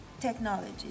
technology